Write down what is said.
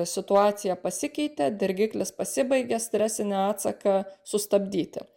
situacija pasikeitė dirgiklis pasibaigė stresinį atsaką sustabdyti